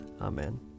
Amen